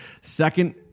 Second